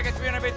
ah two hundred